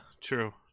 true